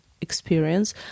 experience